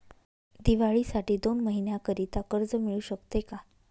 दिवाळीसाठी दोन महिन्याकरिता कर्ज मिळू शकते का?